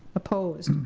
opposed?